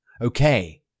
Okay